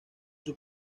sus